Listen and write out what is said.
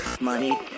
Money